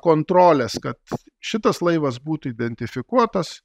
kontrolės kad šitas laivas būtų identifikuotas